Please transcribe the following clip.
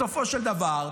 בסופו של דבר,